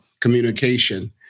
communication